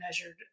measured